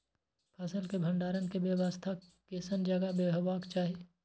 फसल के भंडारण के व्यवस्था केसन जगह हेबाक चाही?